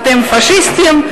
אתם פאשיסטים,